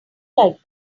like